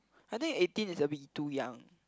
I think eighteen is a bit too young